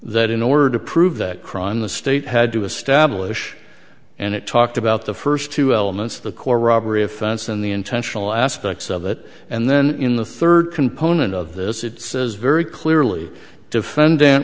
in order to prove that crime the state had to establish and it talked about the first two elements the core robbery offense and the intentional aspects of it and then in the third component of this it says very clearly defendant